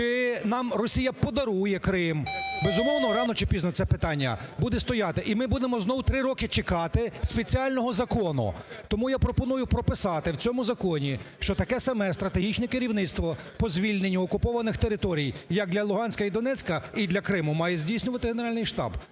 чи нам Росія подарує Крим? Безумовно, рано чи пізно це питання буде стояти, і ми будемо знову три роки чекати спеціального закону. Тому я пропоную прописати в цьому законі, що таке саме стратегічне керівництво по звільненню окупованих територій як для Луганська і Донецька, і для Криму має здійснювати Генеральний штаб.